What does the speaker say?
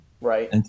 Right